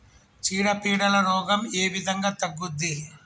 చీడ పీడల రోగం ఏ విధంగా తగ్గుద్ది?